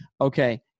okay